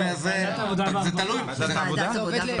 של ועדת העבודה והרווחה.